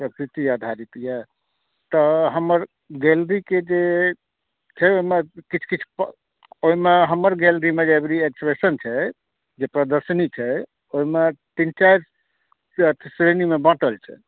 प्रकृति आधारित यऽ तऽ हमर गैलरीके जे छै ओहिमे किछु किछु ओहिमे हमर गैलरीमे जे रिएविएशन छै जे प्रदर्शनी छै ओहिमे तीन चारिटा श्रेणीमे बाँटल छै